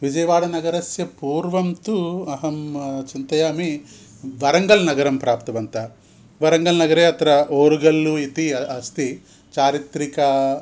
विजयवाडनगरस्य पूर्वं तु अहं चिन्तयामि वरङ्गल् नगरं प्राप्तवन्तः वरङ्गल्नगरे अत्र ओरुगल्लु इति अस्ति चारित्रिकं